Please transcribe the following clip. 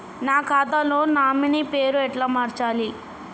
నా ఖాతా లో నామినీ పేరు ఎట్ల మార్చాలే?